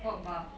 what bar